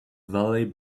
valley